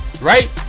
Right